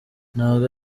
ntabwo